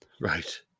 Right